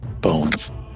bones